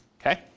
Okay